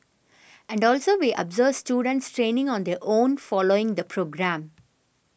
and also we observe students training on their own following the programme